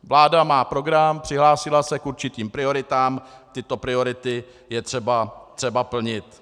Vláda má program, přihlásila se k určitým prioritám, tyto priority je třeba plnit.